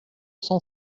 cent